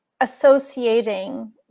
associating